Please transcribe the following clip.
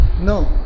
No